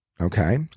Okay